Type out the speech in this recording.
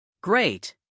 Great